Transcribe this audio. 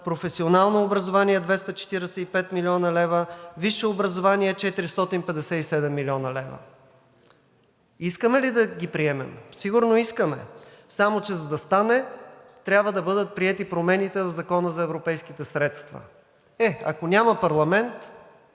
професионално образование – 245 млн. лв., висше образование – 457 млн. лв. Искаме ли да ги приемем? Сигурно искаме, само че за да стане, трябва да бъдат приети промените в Закона за европейските средства. Е, ако няма парламент,